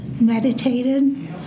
meditated